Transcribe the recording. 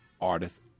artist